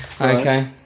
Okay